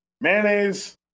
Mayonnaise